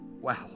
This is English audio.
Wow